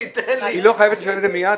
היא לא חייבת לשלם את זה מיד?